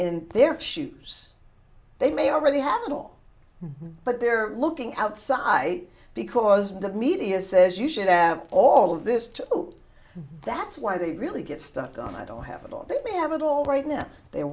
in their shoes they may already have it all but they're looking outside because the media says you should have all of this that's why they really get stuck on i don't have a lot they may have it all right now they